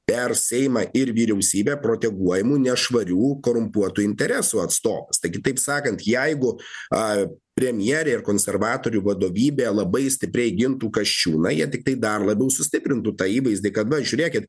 per seimą ir vyriausybę proteguojamų nešvarių korumpuotų interesų atstovų tai kitaip sakant jeigu premjerė ir konservatorių vadovybė labai stipriai gintų kasčiūną jie tiktai dar labiau sustiprintų tą įvaizdį kada žiūrėkit